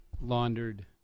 laundered